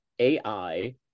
a-i